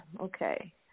okay